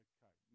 Okay